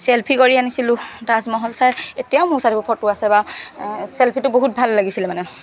selfie কৰি আনিছিলো তাজমহল চাই এতিয়াও মোৰ ওচৰত সেইবোৰ ফটো আছে বাৰু চেল্ফিটো বহুত ভাল লাগিছিল মানে